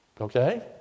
Okay